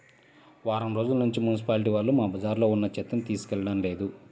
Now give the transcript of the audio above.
వారం రోజుల్నుంచి మున్సిపాలిటీ వాళ్ళు మా బజార్లో ఉన్న చెత్తని తీసుకెళ్లడం లేదు